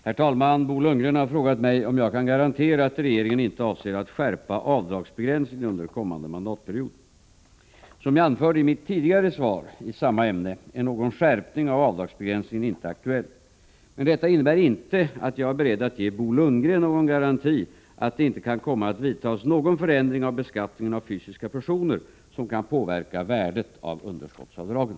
Herr talman! Bo Lundgren har frågat mig om jag kan garantera att regeringen inte avser att skärpa avdragsbegränsningen under kommande mandatperiod. Som jag anförde i mitt tidigare svar i samma ämne är någon skärpning av avdragsbegränsningen inte aktuell. Men detta innebär inte att jag är beredd att ge Bo Lundgren någon garanti för att det inte kan komma att vidtas någon förändring av beskattningen av fysiska personer som kan påverka värdet av underskottsavdragen.